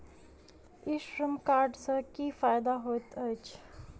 ई श्रम कार्ड सँ की फायदा होइत अछि?